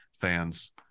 fans